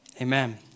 Amen